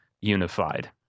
unified